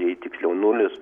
jei tiksliau nulis